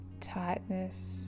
tightness